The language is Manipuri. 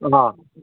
ꯑꯥ